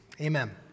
amen